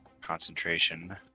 concentration